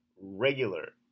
regular